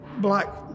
Black